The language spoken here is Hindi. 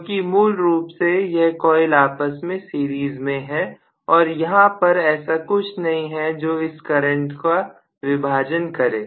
क्योंकि मूल रूप से यह कॉइल आपस में सीरीज में हैऔर यहां पर ऐसा कुछ नहीं है जो इस करंट का विभाजन करें